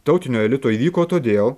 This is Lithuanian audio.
tautinio elito įvyko todėl